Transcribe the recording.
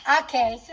Okay